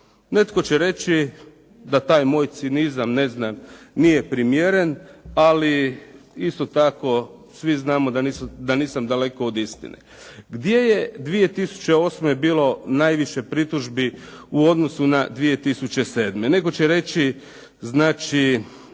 Netko će reći da taj moj cinizam, ne znam, nije primjeren, ali isto tako svi znamo da nisam daleko od istine. Gdje je u 2008. bilo najviše pritužbi u odnosu na 2007.? Netko će reći znači